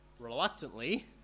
reluctantly